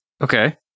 okay